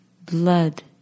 blood